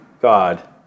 God